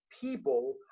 people